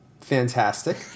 Fantastic